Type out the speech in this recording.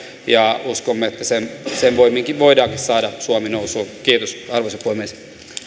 ja uskomme että sen sen voiminkin voidaan saada suomi nousuun kiitos arvoisa puhemies